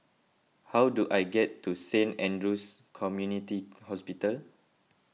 how do I get to Saint andrew's Community Hospital